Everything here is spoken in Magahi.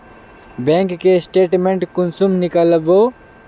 बैंक के स्टेटमेंट कुंसम नीकलावो?